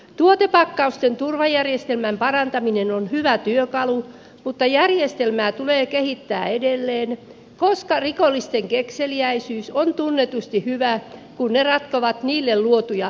tuotepakkausten turvajärjestelmän parantaminen on hyvä työkalu mutta järjestelmää tulee kehittää edelleen koska rikollisten kekseliäisyys on tunnetusti hyvä kun he ratkovat heille luotuja toiminnan esteitä